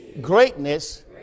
greatness